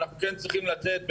ואנחנו כן צריכים לתת,